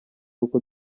uko